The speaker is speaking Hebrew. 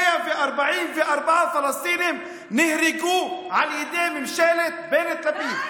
144 פלסטינים נהרגו על ידי ממשלת בנט-לפיד.